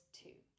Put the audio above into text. two